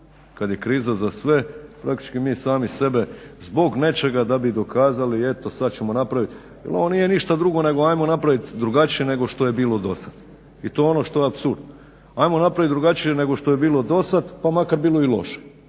kad je kriza za sve praktički mi sami sebe zbog nečega da bi dokazali eto sad ćemo napraviti, jer ovo nije ništa drugo nego ajmo napraviti drugačije nego što je bilo dosad. I to je ono što je apsurd. Ajmo napraviti drugačije nego što je bilo dosad pa makar bilo i loše.